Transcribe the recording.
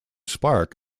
spark